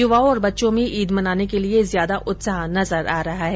युवाओं और बच्चों में ईद मनाने के लिए ज्यादा उत्साह नजर आ रहा है